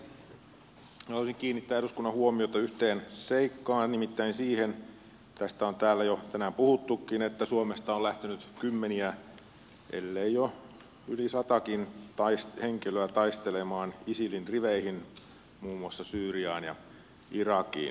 haluaisin kiinnittää eduskunnan huomiota yhteen seikkaan nimittäin siihen tästä on täällä jo tänään puhuttukin että suomesta on lähtenyt kymmeniä henkilöitä ellei jo yli satakin henkilöä taistelemaan isilin riveihin muun muassa syyriaan ja irakiin